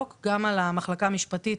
הדרכה של העובדים,